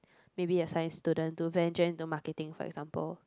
maybe you're science student to venture into marketing for example